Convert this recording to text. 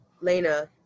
Lena